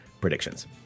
predictions